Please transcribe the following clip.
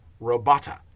robota